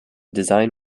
design